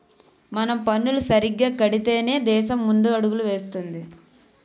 మనం పన్నులు సరిగ్గా కడితేనే దేశం ముందడుగులు వేస్తుంది